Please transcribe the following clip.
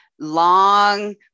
long